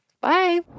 Bye